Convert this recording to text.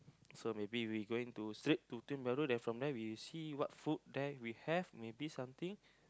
so maybe we going to slip to Tiong-Bahru then from there we see what food there we have maybe something